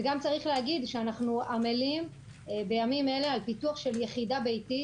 וגם צריך להגיד שאנחנו עמלים בימים אלה על פיתוח של יחידה ביתית,